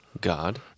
God